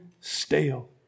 stale